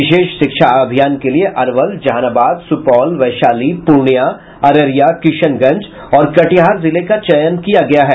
विशेष शिक्षा अभियान के लिए अरवल जहानाबाद सुपौल वैशाली पूर्णिया अररिया किशनगंज और कटिहार जिले का चयन किया गया है